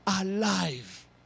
alive